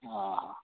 ହଁ